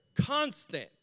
constant